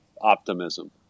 optimism